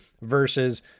versus